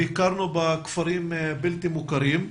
ביקרנו בכפרים הבלתי מוכרים.